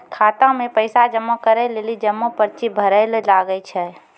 खाता मे पैसा जमा करै लेली जमा पर्ची भरैल लागै छै